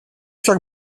však